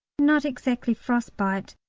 not exactly frost-bite,